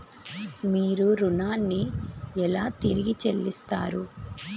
మీరు ఋణాన్ని ఎలా తిరిగి చెల్లిస్తారు?